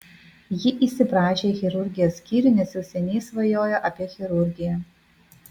ji įsiprašė į chirurgijos skyrių nes jau seniai svajojo apie chirurgiją